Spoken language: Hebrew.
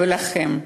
ולכם,